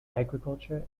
agriculture